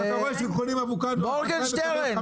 אתה רואה שכשקונים אבוקדו החקלאי מקבל